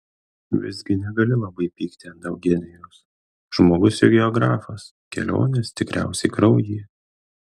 visgi negali labai pykti ant eugenijaus žmogus juk geografas kelionės tikriausiai kraujyje